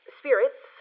spirits